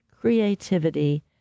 creativity